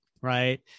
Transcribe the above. right